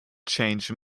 change